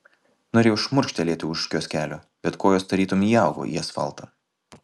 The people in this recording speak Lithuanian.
norėjau šmurkštelėti už kioskelio bet kojos tarytum įaugo į asfaltą